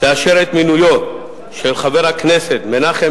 לאשר את מינויו של חבר הכנסת מנחם